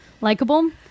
likable